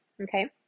okay